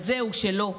אז זהו, שלא.